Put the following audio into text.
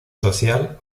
social